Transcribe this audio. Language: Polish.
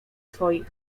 swoich